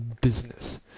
business